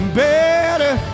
better